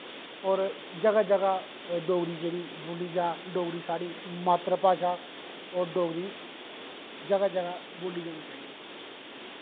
होर जगह् जगह् डोगरी जेह्ड़ी बोली जा डोगरी जेह्ड़ी साढ़ी भाशा होर डोगरी जेह्ड़ी जगह् जगह् बोल्ली जानी चाहिदी